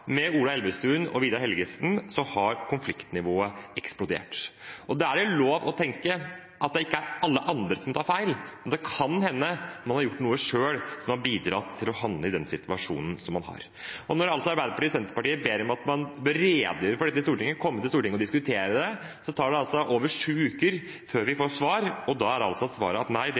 Med Ola Elvestuen og Vidar Helgesen har konfliktnivået eksplodert. Da er det lov å tenke at det ikke er alle andre som tar feil, men at det kan hende man selv har gjort noe som har bidratt til at man har havnet i den situasjonen man er i. Når Arbeiderpartiet og Senterpartiet ber om at man skal redegjøre for dette i Stortinget – komme til Stortinget og diskutere det – tar det altså over sju uker før vi får svar, og da er svaret at